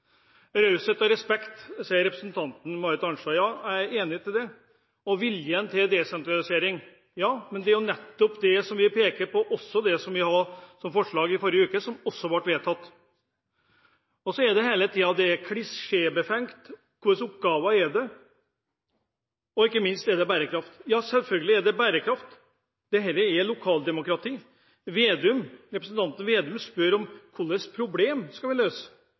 raushet og respekt til, sier representanten Marit Arnstad – ja, jeg er enig i det – og vilje til desentralisering. Men det er jo nettopp det vi peker på, også det vi hadde som forslag i forrige uke, som ble vedtatt. Så sies det hele tiden at det er klisjébefengt. Hva slags oppgaver er det? Og – ikke minst – er det bærekraft? Ja, selvfølgelig er det bærekraft. Dette er lokaldemokrati. Representanten Slagsvold Vedum spør om hvilke problemer vi skal løse.